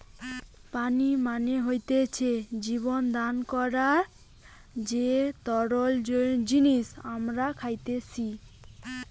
পানি মানে হতিছে জীবন দান করার যে তরল জিনিস আমরা খাইতেসি